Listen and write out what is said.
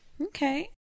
Okay